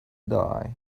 die